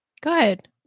Good